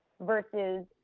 versus